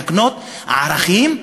להקנות ערכים?